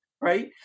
right